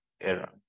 error